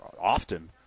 often